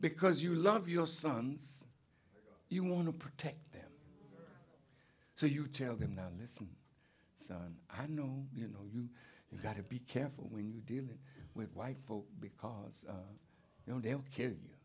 because you love your sons you want to protect them so you tell them now listen so i know you know you gotta be careful when you're dealing with white folks because you know they'll kill you